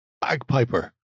bagpiper